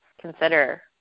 consider